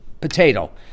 potato